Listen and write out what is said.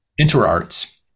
InterArts